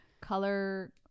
color